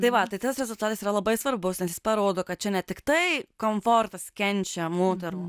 tai va tai tas rezultatas yra labai svarbus nes jis parodo kad čia ne tiktai komfortas kenčia moterų